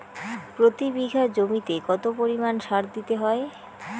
প্রতি বিঘা জমিতে কত পরিমাণ সার দিতে হয়?